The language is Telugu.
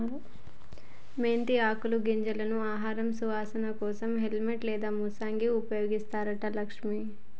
మెంతి ఆకులు గింజలను ఆహారంలో సువాసన కోసం హెల్ప్ లేదా మసాలాగా ఉపయోగిస్తారు లక్ష్మి